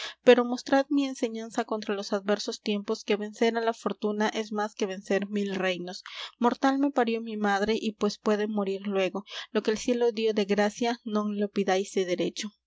pero mostrad mi enseñanza contra los adversos tiempos que vencer á la fortuna es más que vencer mil reinos mortal me parió mi madre y pues pude morir luégo lo que el cielo dió de gracia non lo pidáis de derecho no